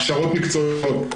הכשרות מקצועיות,